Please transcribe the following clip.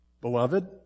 Beloved